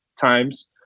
times